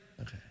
Okay